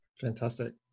Fantastic